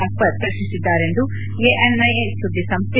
ಅಕ್ಟರ್ ಪ್ರತ್ನಿಸಿದ್ದಾರೆಂದು ಎಎನ್ಐ ಸುದ್ದಿಸಂಸ್ಥೆ